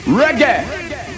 reggae